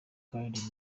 khaled